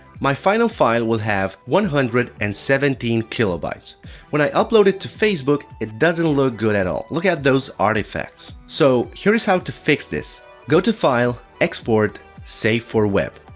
my final file will have one hundred and seventeen kb. ah when i upload it to facebook it doesn't look good at all, look at those artifacts. so, here is how to fix this go to file export save for web.